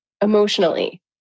emotionally